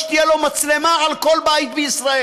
שתהיה לו מצלמה על כל בית בישראל.